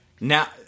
now